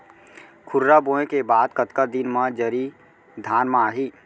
खुर्रा बोए के बाद कतका दिन म जरी धान म आही?